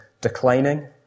declining